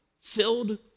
filled